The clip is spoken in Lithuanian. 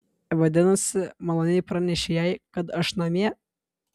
vadinasi maloniai pranešei jai kad aš namie